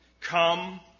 Come